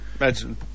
Imagine